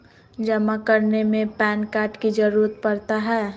जमा करने में पैन कार्ड की जरूरत पड़ता है?